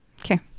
Okay